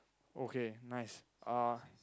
okay nice uh